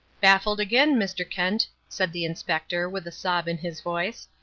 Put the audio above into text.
baffled again, mr. kent, said the inspector, with a sob in his voice.